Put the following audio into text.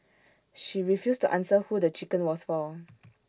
she refused to answer who the chicken was for